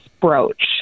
brooch